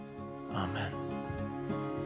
Amen